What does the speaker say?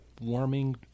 warming